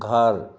घर